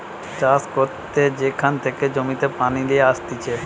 চাষ করতে যেখান থেকে জমিতে পানি লিয়ে আসতিছে